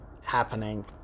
happening